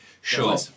Sure